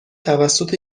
توسط